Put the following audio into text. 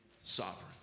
sovereign